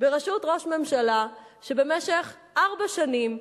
בראשות ראש ממשלה שבמשך ארבע שנים,